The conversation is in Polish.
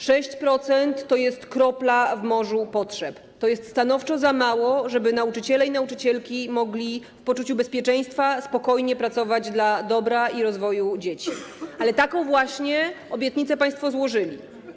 6% to jest kropla w morzu potrzeb, to jest stanowczo za mało, żeby nauczyciele i nauczycielki mogli w poczuciu bezpieczeństwa spokojnie pracować dla dobra i rozwoju dzieci, ale taką właśnie obietnicę państwo złożyli.